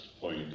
point